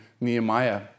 Nehemiah